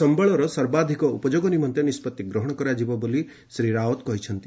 ସମ୍ବଳର ସର୍ବାଧିକ ଉପଯୋଗ ନିମନ୍ତେ ନିଷ୍କଭି ଗ୍ରହଣ କରାଯିବ ବୋଲି ଶ୍ରୀ ରାଓ୍ୱତ କହିଛନ୍ତି